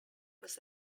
was